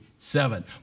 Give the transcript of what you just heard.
Seven